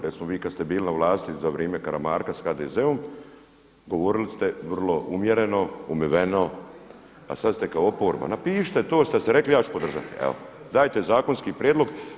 Recimo vi kada ste bili na vlasti za vrijeme Karamarka sa HDZ-om govorili ste vrlo umjereno, umiveno, a sada ste kao oporba, napišite to što ste rekli ja ću podržati, evo, dajte zakonski prijedlog.